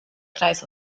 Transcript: kreis